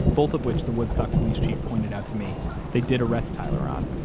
both of which the woodstock police chief pointed out to me they did arrest tyler on.